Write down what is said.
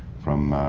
from.